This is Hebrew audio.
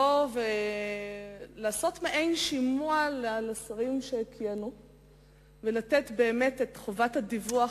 לעשות מעין שימוע לשרים שכיהנו ומטיל את חובת הדיווח,